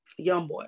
Youngboy